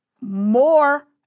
More